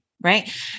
right